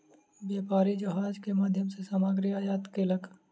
व्यापारी जहाज के माध्यम सॅ सामग्री आयात केलक